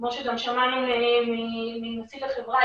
כמו שגם שמענו מנציג החברה,